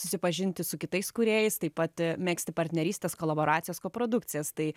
susipažinti su kitais kūrėjais taip pat megzti partnerystes kolaboracijas koprodukcijas tai